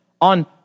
on